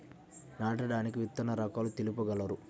నాటడానికి విత్తన రకాలు తెలుపగలరు?